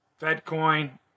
FedCoin